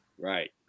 right